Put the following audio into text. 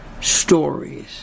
stories